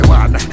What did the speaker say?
one